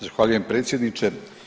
Zahvaljujem, predsjedniče.